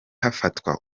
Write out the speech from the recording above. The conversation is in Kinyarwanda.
hafatwa